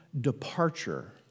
departure